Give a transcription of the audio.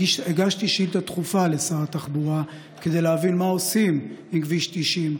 הגשתי שאילתה דחופה לשר התחבורה כדי להבין מה עושים עם כביש 90,